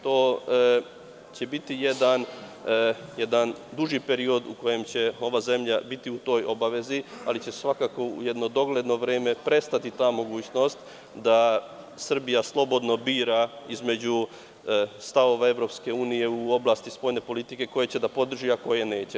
To će biti jedan duži period u kojem će ova zemlja biti u toj obavezi, ali će svakako u jedno dogledno vreme prestati ta mogućnost da Srbija slobodno bira između stavova EU u oblasti spoljne politike koje će da podrži a koje neće.